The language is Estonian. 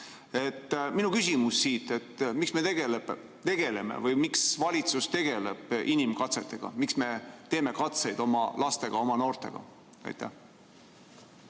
Minu küsimus on: miks me tegeleme või miks valitsus tegeleb inimkatsetega? Miks me teeme katseid oma lastega, oma noortega? Aitäh,